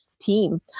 team